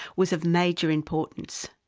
was of major importance,